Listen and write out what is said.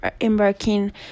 embarking